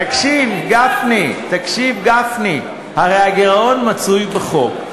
תקשיב, גפני, הרי הגירעון מצוי בחוק.